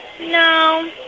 No